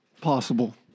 Possible